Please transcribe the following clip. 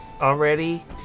already